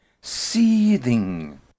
seething